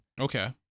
Okay